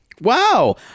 Wow